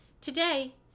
Today